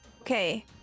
Okay